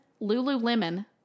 Lululemon